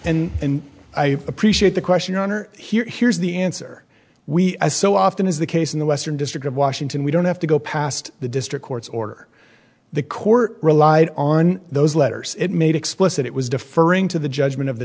that and i appreciate the question are here here's the answer we as so often is the case in the western district of washington we don't have to go past the district court's order the court relied on those letters it made explicit it was deferring to the judgment of the